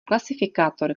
klasifikátor